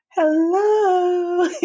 Hello